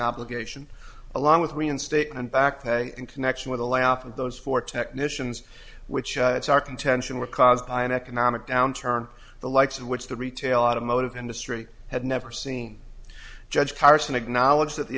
obligation along with reinstatement back pay in connection with a laugh at those four technicians which is our contention were caused by an economic downturn the likes of which the retail automotive industry had never seen judge carson acknowledge that the